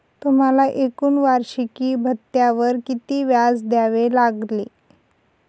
तुम्हाला एकूण वार्षिकी भत्त्यावर किती व्याज द्यावे लागले